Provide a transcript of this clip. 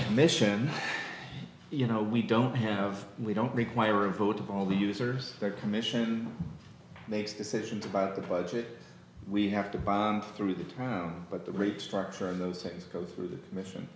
commission you know we don't have we don't require a vote of all the users their commission makes decisions about the budget we have to buy through the time but the rate structure of those things go through the mission